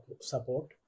support